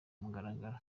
mugaragaro